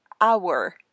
hour